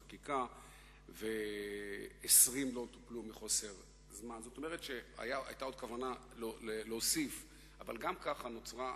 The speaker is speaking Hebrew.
זאת אומרת שיש לאדמה הזאת, "ארצי, ארצי".